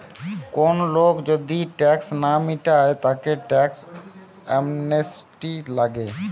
কোন লোক যদি ট্যাক্স না মিটায় তাকে ট্যাক্স অ্যামনেস্টি লাগে